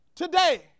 Today